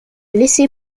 laisser